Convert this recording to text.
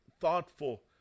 thoughtful